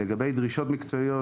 לגבי דרישות מקצועיות